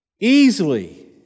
Easily